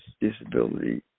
disability